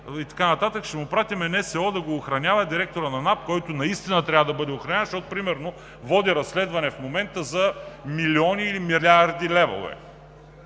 и така нататък. Ще пратим НСО да охранява директора на НАП, който наистина трябва да бъде охраняван, защото примерно води разследване в момента за милиони или милиарди левове,